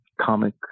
comic